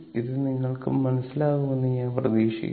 ഇത് നിങ്ങൾക്ക് മനസ്സിലാകുമെന്ന് ഞാൻ പ്രതീക്ഷിക്കുന്നു